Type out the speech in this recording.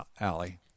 alley